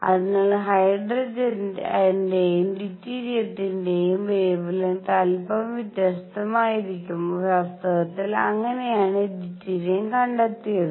അതിനാൽ ഹൈഡ്രജന്റെയും ഡ്യൂറ്റീരിയത്തിന്റെയും വെവെലെങ്ത് അല്പം വ്യത്യസ്തമായിരിക്കും വാസ്തവത്തിൽ അങ്ങനെയാണ് ഡ്യൂറ്റീരിയം കണ്ടെത്തിയത്